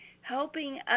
helping